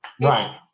right